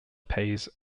pays